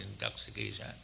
intoxication